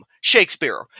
Shakespeare